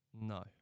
No